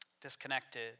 disconnected